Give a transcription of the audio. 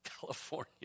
California